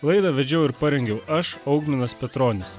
laidą vedžiau ir parengiau aš augminas petronis